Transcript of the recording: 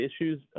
issues